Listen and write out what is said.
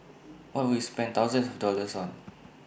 what would you spend thousands of dollars on